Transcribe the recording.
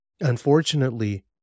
Unfortunately